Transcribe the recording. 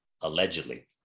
allegedly